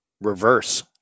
reverse